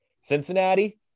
Cincinnati